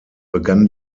begann